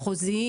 מחוזיים,